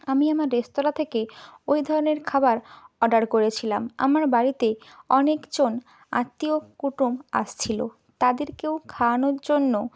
আমি আমার রেস্তোরাঁ থেকে ওই ধরনের খাবার অর্ডার করেছিলাম আমার বাড়িতে অনেকজন আত্মীয় কুটুম আসছিলো তাদেরকেও খাওয়ানোর জন্য